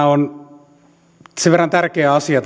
on sen verran tärkeä asia